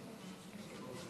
התחלת